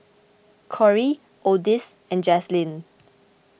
Corie Odis and Jaslene